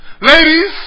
ladies